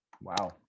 wow